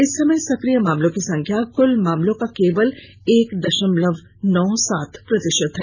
इस समय सक्रिय मामलों की संख्या कुल मामलों का केवल एक दशमलव नौ सात प्रतिशत है